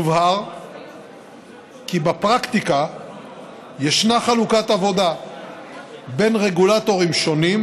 יובהר כי בפרקטיקה ישנה חלוקת עבודה בין רגולטורים שונים,